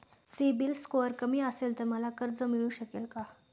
CIBIL score कमी असेल तर मला कर्ज मिळू शकेल का?